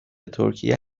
ترکیه